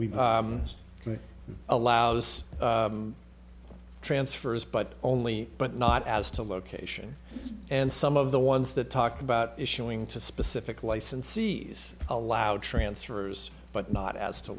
we've allowed us transfers but only but not as to location and some of the ones that talk about issuing to specific licensees allow transfers but not as to